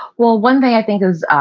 well, one thing i think is